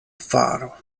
faro